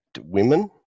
women